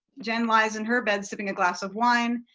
jen lies in her bed sipping a glass of wine.